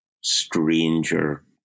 stranger